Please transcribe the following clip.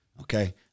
okay